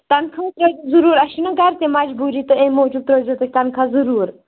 تَنخوٗہُک لَگہِ ضروٗر اَسہِ چھِنہٕ گَرِ تہِ مَجبوٗری تہٕ امہِ موٗجوٗب ترٛٲوزیٚو تُہۍ تنخاہ ضروٗر